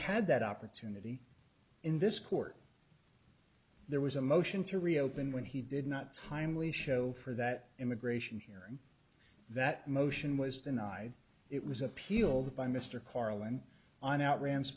had that opportunity in this court there was a motion to reopen when he did not timely show for that immigration hearing that motion was denied it was appealed by mr karlan on out ra